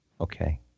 Okay